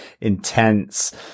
intense